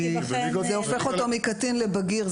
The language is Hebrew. כי זה אותו מקטין לבגיר,